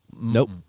Nope